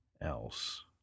else